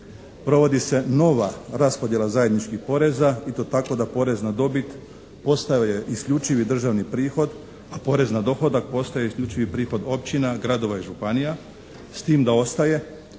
Provodi se nova raspodjela zajedničkih poreza i to tako da porez na dobit postao je isključivi državni prihod, a porez na dohodak postao je isključivi prihod općina, gradova i županija s tim da ostaje